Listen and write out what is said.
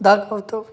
दाखवतो